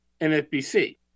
NFBC